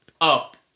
up